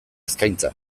eskaintza